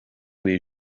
des